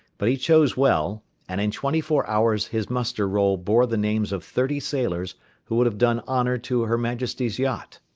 but he chose well, and in twenty-four hours his muster-roll bore the names of thirty sailors who would have done honour to her majesty's yacht.